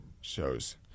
shows